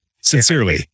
Sincerely